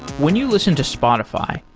when you listen to spotify,